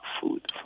Food